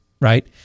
right